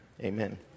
Amen